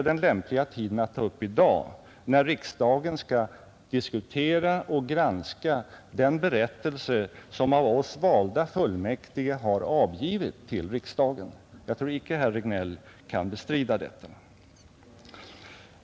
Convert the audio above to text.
Den lämpliga tidpunkten att ta upp den frågan är i dag, när riksdagen skall diskutera och granska den berättelse som de av oss valda fullmäktige har avgivit till riksdagen. Jag tror inte att herr Regnéll kan bestrida detta.